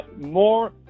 More